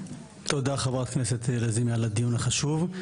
תודה חברת הכנסת לזימי על הדיון החשוב,